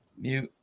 mute